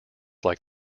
like